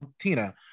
Tina